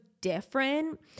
different